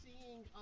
seeing